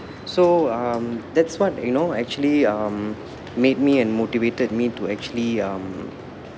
so um that's what you know actually um made me and motivated me to actually um